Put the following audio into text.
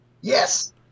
Yes